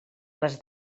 les